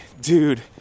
dude